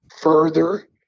further